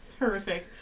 horrific